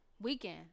Weekend